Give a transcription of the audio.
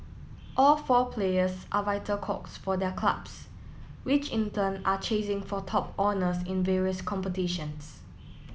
all four players are vital cogs for their clubs which in turn are chasing for top honours in various competitions